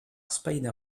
spider